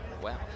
wow